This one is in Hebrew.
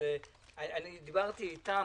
אני דיברתי איתם.